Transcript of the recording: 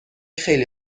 خیلی